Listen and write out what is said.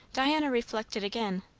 diana reflected again,